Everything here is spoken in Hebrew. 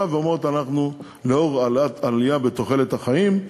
ואומרות כי לאור העלייה בתוחלת החיים,